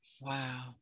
Wow